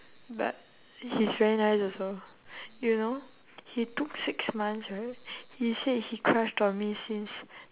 but he's very nice also you know he took six months right he said he crushed on me since